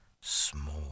small